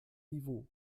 niveau